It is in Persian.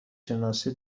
شناسی